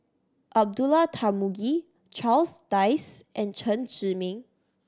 Abdullah Tarmugi Charles Dyce and Chen Zhiming